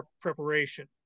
preparation